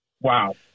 Wow